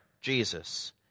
Jesus